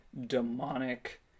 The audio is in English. demonic